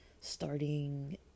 starting